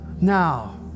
now